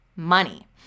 money